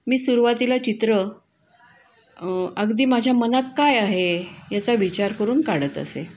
मी सुरुवातीला चित्र अगदी माझ्या मनात काय आहे याचा विचार करून काढत असे